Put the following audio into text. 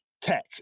tech